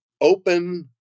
open